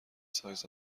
سایز